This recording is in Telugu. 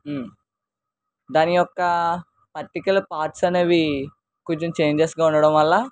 దాని యొక్క పర్టికులర్ పార్ట్స్ అనేవి కొంచెం చేంజెస్గా ఉండడం వల్ల